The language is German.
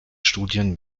studien